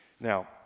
Now